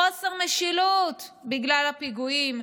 חוסר משילות בגלל הפיגועים.